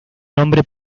nombre